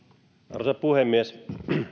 arvoisa puhemies